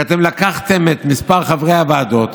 כי אתם לקחתם את מספר חברי הוועדות